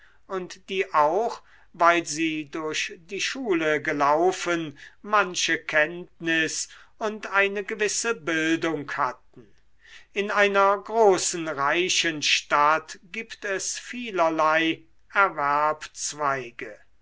und die auch weil sie durch die schule gelaufen manche kenntnis und eine gewisse bildung hatten in einer großen reichen stadt gibt es vielerlei